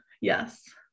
Yes